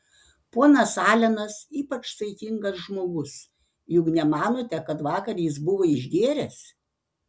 ponas alenas ypač saikingas žmogus juk nemanote kad vakar jis buvo išgėręs